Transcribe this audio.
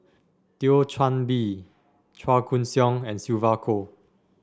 Thio Chan Bee Chua Koon Siong and Sylvia Kho